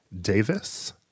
Davis